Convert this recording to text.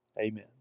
Amen